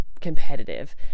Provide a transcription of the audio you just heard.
competitive